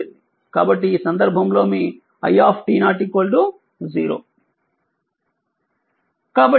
కాబట్టిఈ సందర్భంలోమీi 0